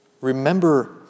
remember